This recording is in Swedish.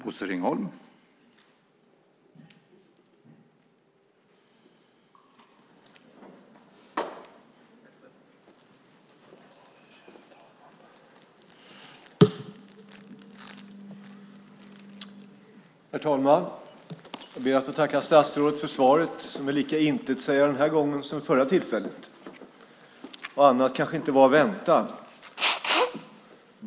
Herr talman! Jag ber att få tacka statsrådet för svaret, som är lika intetsägande denna gång som vid förra tillfället. Annat kanske inte var att vänta.